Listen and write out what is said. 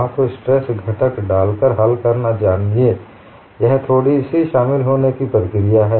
आप स्ट्रेस घटक डालकर हल करना जानिए यह थोड़ी सी शामिल होने की प्रक्रिया है